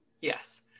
Yes